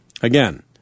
Again